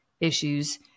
issues